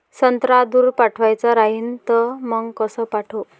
संत्रा दूर पाठवायचा राहिन तर मंग कस पाठवू?